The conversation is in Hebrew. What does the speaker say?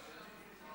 התשע"ח 2018, נתקבל.